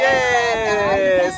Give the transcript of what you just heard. Yes